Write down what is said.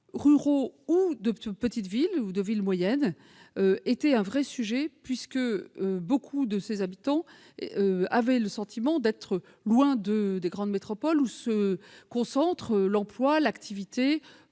ruraux, des petites villes ou des villes moyennes était un véritable sujet, puisque beaucoup de ces habitants avaient le sentiment d'être loin des grandes métropoles où se concentrent l'emploi, l'activité,